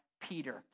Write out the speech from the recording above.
Peter